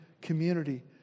community